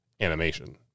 animation